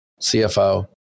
CFO